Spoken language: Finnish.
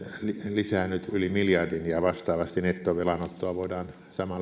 lisää nyt yli miljardin ja vastaavasti nettovelanottoa voidaan